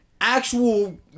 actual